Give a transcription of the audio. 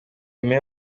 aime